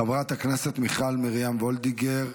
חברת הכנסת מיכל מרים וולדיגר,